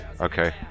Okay